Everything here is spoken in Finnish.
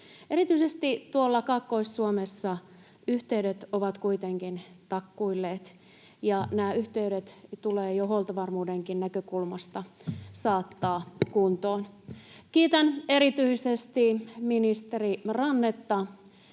Erityisesti tuolla Kaakkois-Suomessa yhteydet ovat kuitenkin takkuilleet, ja nämä yhteydet tulee jo huoltovarmuudenkin näkökulmasta saattaa kuntoon. Kiitän erityisesti ministeri Rannetta